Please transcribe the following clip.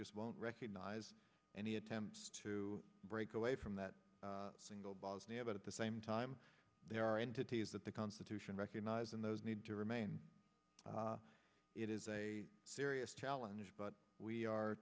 just won't recognize any attempts to break away from that single bosnia but at the same time there are entities that the constitution recognizes and those need to remain it is a serious challenge but we are